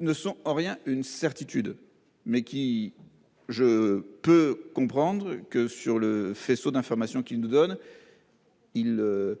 Ne sont en rien une certitude mais qui je peux comprendre que sur le faisceau d'informations qui nous donne. Il.